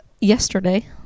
yesterday